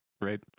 right